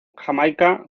jamaica